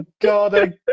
God